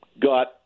got